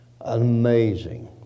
Amazing